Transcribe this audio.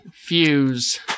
fuse